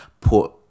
put